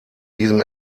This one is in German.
diesem